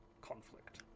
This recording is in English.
conflict